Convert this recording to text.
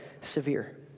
severe